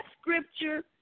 scripture